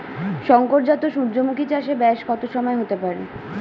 শংকর জাত সূর্যমুখী চাসে ব্যাস কত সময় হতে পারে?